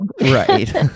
Right